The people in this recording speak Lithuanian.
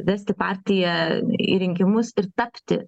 vesti partiją į rinkimus ir tapti